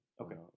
okay